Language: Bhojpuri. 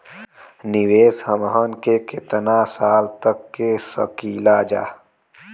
निवेश हमहन के कितना साल तक के सकीलाजा?